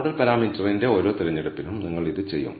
model പാരാമീറ്ററിന്റെ ഓരോ തിരഞ്ഞെടുപ്പിനും നിങ്ങൾ ഇത് ചെയ്യും